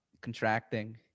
contracting